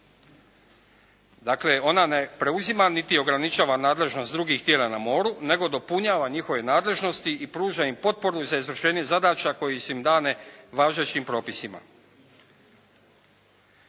Dakle ona ne preuzima niti ograničava nadležnost drugih tijela na moru nego dopunjava njihove nadležnosti i pruža im potporu za izvršenje zadaća koje su im dane važećim propisima.